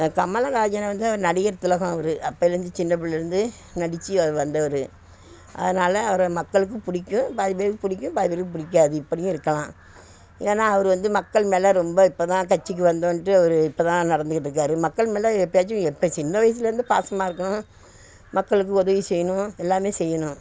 கமலகாசன வந்து நடிகர் திலகம் அவர் அப்பலேந்து சின்ன புள்ளைலேருந்து நடித்து வந்தவர் அதனால அவரை மக்களுக்கும் பிடிக்கும் பாதி பேருக்கு பிடிக்கும் பாதி பேருக்கு பிடிக்காது இப்படியும் இருக்கலாம் ஏன்னா அவர் வந்து மக்கள் மேலே ரொம்ப இப்போ தான் கட்சிக்கு வந்தோம்ன்ட்டு அவர் இப்போ தான் நடந்துகிட்டு இருக்கார் மக்கள் மேலே எப்பயாச்சும் இப்போ சின்ன வயசுலேருந்து பாசமாக இருக்கணும் மக்களுக்கு உதவி செய்யணும் எல்லாம் செய்யணும்